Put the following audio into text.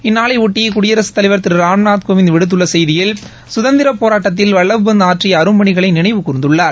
இந்நாளையொட்டி குடியரசுத் தலைவர் திரு ராம்நாத் கோவிந்த் விடுத்துள்ள செய்தியில் சுதந்திரப் போராட்டத்தில் வல்லப்பந்த் ஆற்றிய அரும்பணிகளை நினைவு கூர்ந்துள்ளார்